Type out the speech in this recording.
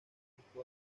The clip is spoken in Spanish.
disco